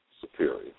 superior